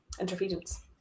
interference